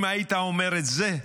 אם היית אומר את זה,